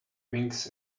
wings